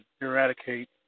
Eradicate